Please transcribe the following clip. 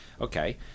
Okay